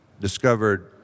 discovered